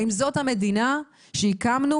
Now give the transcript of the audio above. האם זו המדינה שהקמנו?